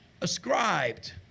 ascribed